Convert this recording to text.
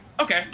Okay